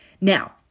Now